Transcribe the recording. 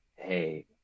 hey